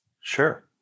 Sure